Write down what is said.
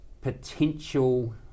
potential